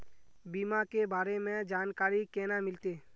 बीमा के बारे में जानकारी केना मिलते?